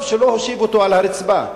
טוב שלא הושיב אותו על הרצפה.